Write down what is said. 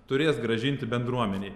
turės grąžinti bendruomenei